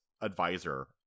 advisor